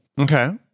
Okay